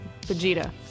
Vegeta